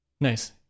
Nice